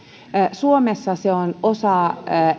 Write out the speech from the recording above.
suomessa se on osa